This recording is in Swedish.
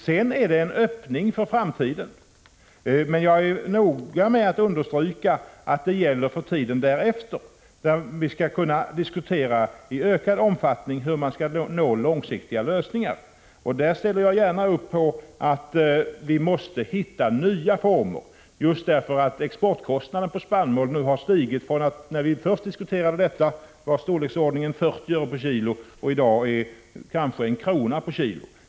Sedan är det en öppning för framtiden. Men jag är noga med att understryka att det gäller för tiden därefter. Vi skall då i ökad omfattning kunna diskutera hur man skall nå långsiktiga lösningar. Där ställer jag gärna upp på att vi måste hitta nya former, just därför att exportkostnaderna för spannmål nu har stigit från att när vi först diskuterade detta ha varit 40 öre per kilo till att i dag kanske vara en krona per kilo.